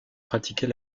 pratiquer